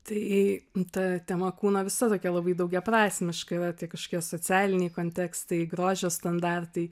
tai ta tema kūno visa tokia labai daugiaprasmiška yra kažkokie socialiniai kontekstai grožio standartai